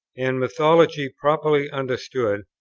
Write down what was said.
and mythology, properly understood,